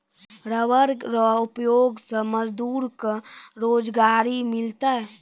rubber रो उपयोग से मजदूर के रोजगारी मिललै